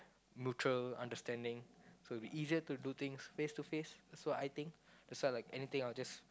mutual understanding so it'll be easier to do things face to face that's what I think that's why like anything I just